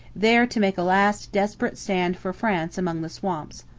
there to make a last desperate stand for france among the swamps.